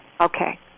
Okay